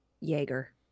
Jaeger